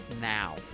now